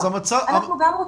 גם אנחנו רוצים.